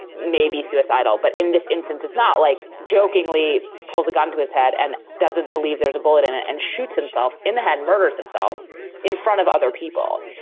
may be suicidal. but in this instance, it's not like jokingly pulls a gun to his head and doesn't believe there's a bullet in it and shoots himself in the head, murders himself in front of other people.